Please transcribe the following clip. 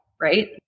right